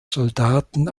soldaten